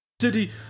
city